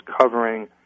covering